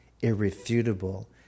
irrefutable